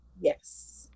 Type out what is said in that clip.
Yes